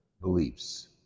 beliefs